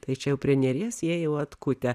tai čia jau prie neries jie jau atkutę